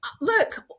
look